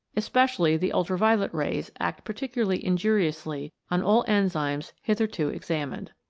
especially the ultraviolet rays act particularly in juriously on all enzymes hitherto examined.